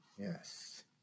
Yes